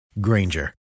Granger